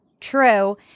True